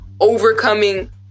overcoming